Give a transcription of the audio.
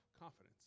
confidence